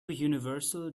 universal